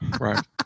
Right